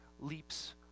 leaps